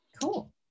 Cool